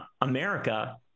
America